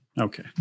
Okay